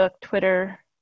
Twitter